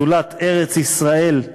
זולת ארץ-ישראל,